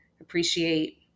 appreciate